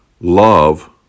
love